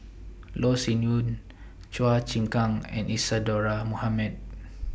Loh Sin Yun Chua Chim Kang and Isadhora Mohamed